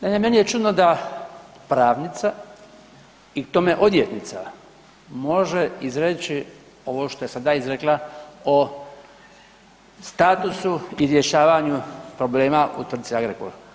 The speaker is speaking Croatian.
Naime, meni je čudno da pravnica i k tome odvjetnica može izreći ovo što je sada izrekla o statusu i rješavanju problema u tvrci Agrokor.